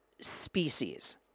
species